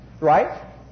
Right